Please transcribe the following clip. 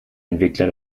entwickler